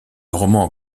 roman